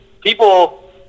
people